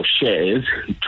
shares